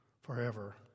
forever